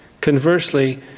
Conversely